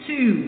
Two